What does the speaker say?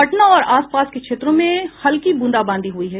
पटना तथा आस पास के क्षेत्रों में हल्की ब्रंदाबांदी हुई है